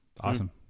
Awesome